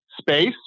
space